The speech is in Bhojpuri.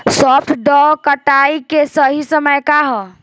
सॉफ्ट डॉ कटाई के सही समय का ह?